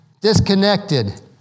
disconnected